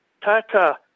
Tata